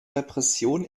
repression